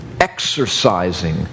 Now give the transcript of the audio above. exercising